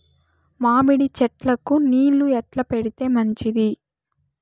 మామిడి చెట్లకు నీళ్లు ఎట్లా పెడితే మంచిది?